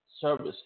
service